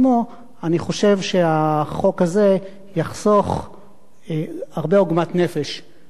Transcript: אני חושב שהחוק הזה יחסוך הרבה עוגמת נפש לנהגים.